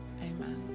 Amen